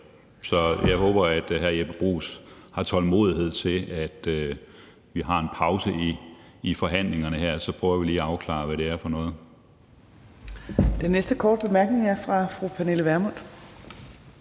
Så jeg håber, at hr. Jeppe Bruus har tålmodighed til, at vi får en pause i forhandlingerne, hvor vi så lige prøver at afklare, hvad det er for noget.